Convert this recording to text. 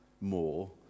more